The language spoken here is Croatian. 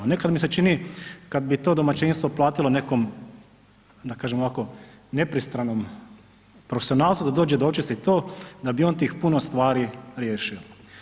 Neka mi se čini kad bi to domaćinstvo platilo nekom da kažem ovako nepristranom profesionalcu da dođe da očisti to da bi on tih puno stvari riješio.